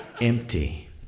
empty